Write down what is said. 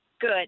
good